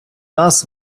нас